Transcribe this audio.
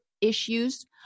issues